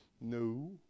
No